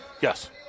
Yes